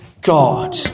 God